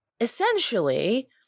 essentially –